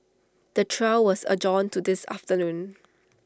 the trial was adjourned to this afternoon